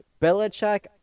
Belichick